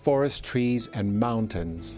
forest trees and mountains